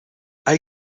hay